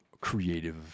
creative